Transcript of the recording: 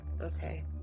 Okay